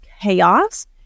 chaos